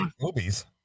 movies